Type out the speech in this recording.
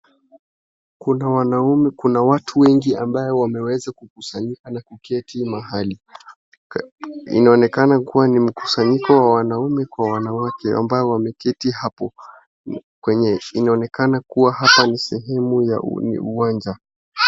Kuna watu wengi ambae wameweza kukusanyika na kuketi mahali. Inaonekana kuwa ni mkusanyiko wa wanaume kwa wanawake ambao wameketi hapo kwenye inaonekana kuwa hapa ni sehemu ya uwanja.